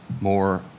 more